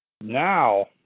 Now